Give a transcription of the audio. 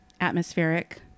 atmospheric